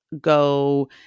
go